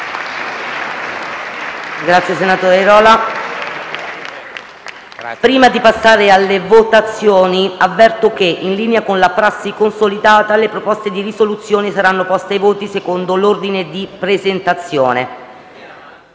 nuova finestra"). Prima di passare alle votazioni, avverto che, in linea con una prassi consolidata, le proposte di risoluzione saranno poste ai voti secondo l'ordine di presentazione